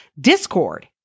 discord